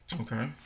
Okay